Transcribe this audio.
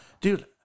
dude